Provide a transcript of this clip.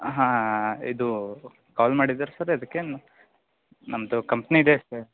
ಹಾಂ ಇದು ಕಾಲ್ ಮಾಡಿದ್ರಾ ಸರ್ ಅದ್ಕೆನು ನಮ್ಮದು ಕಂಪ್ನಿ ಇದೆ ಸ